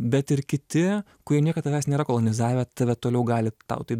bet ir kiti kurie niekad tavęs nėra kolonizavę tave toliau gali tau tai